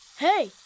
Hey